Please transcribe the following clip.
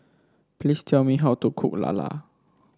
please tell me how to cook lala